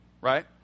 right